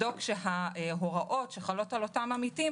לבדוק שההוראות שחלות על אותם עמיתים